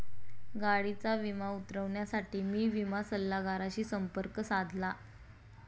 गाडीचा विमा उतरवण्यासाठी मी विमा सल्लागाराशी संपर्क साधला